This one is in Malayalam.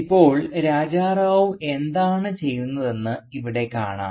ഇപ്പോൾ രാജാ റാവു എന്താണ് ചെയ്യുന്നതെന്ന് ഇവിടെ കാണാം